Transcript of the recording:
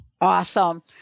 awesome